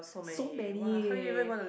so many